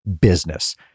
business